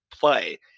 play